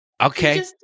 Okay